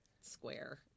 square